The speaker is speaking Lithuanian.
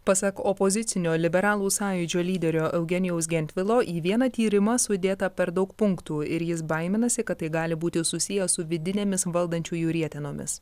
pasak opozicinio liberalų sąjūdžio lyderio eugenijaus gentvilo į vieną tyrimą sudėta per daug punktų ir jis baiminasi kad tai gali būti susiję su vidinėmis valdančiųjų rietenomis